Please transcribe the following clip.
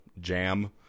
jam